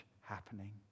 happening